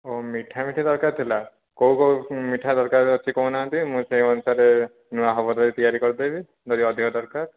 ଓ ମିଠାମିଠି ଦରକାର ଥିଲା କେଉଁ କେଉଁ ମିଠା ଦରକାର ଅଛି କହୁନାହାନ୍ତି ମୁଁ ସେଇ ଅନୁସାରେ ନୂଆ ହେବ ଯଦି ତିଆରି କରିଦେବି ଯଦି ଅଧିକା ଦରକାର